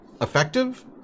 effective